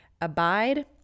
abide